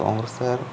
കോൺഗ്രസ്ക്കാർ